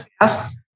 Yes